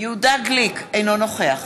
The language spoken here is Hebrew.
אינו נוכח